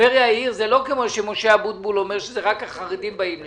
זה לא כמו שמשה אבוטבול אומר שרק החרדים באים לשם.